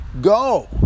Go